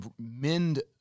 mend